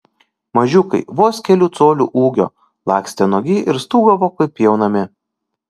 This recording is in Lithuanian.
mažiukai vos kelių colių ūgio lakstė nuogi ir stūgavo kaip pjaunami